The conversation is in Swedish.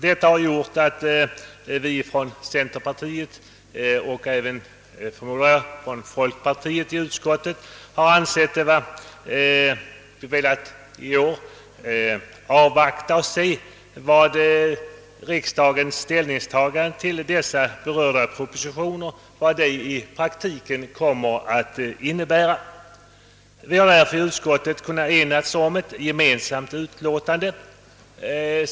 Detta har gjort att vi från centerpartiet och jag förmodar även folkpartiledamöterna inom allmänna beredningsutskottet i år har velat avvakta och se vad riksdagens ställningstagande till dessa berörda propositioner i praktiken kommer att innebära. Utskottet har därför kunnat enas om ett gemensamt utlåtande.